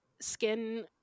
skin